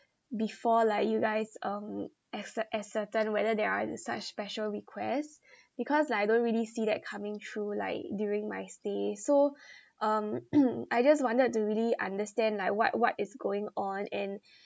before like you guys um ascert~ ascertain whether there are such special requests because like I don't really see that coming through like during my stay so um I just wanted to really understand like what what is going on and